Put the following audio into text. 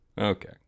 okay